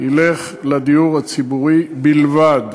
ילך לדיור הציבורי בלבד,